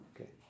Okay